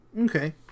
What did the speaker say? Okay